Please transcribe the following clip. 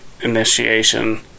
initiation